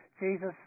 Jesus